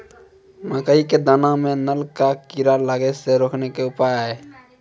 मकई के दाना मां नल का कीड़ा लागे से रोकने के उपाय?